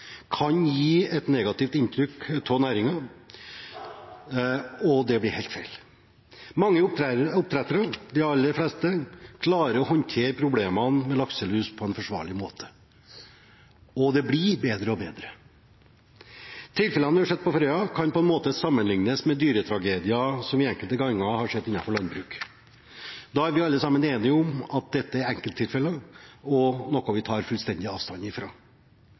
kan gi et negativt inntrykk av næringen, og det blir helt feil. Mange oppdrettere – de aller fleste – klarer å håndtere problemene med lakselus på en forsvarlig måte, og det blir bedre og bedre. Tilfellene vi har sett ved Frøya, kan på en måte sammenlignes med dyretragedier som vi enkelte ganger har sett innenfor landbruket. Da er vi alle sammen enige om at dette er enkelttilfeller, og noe vi tar fullstendig avstand